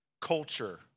culture